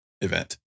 event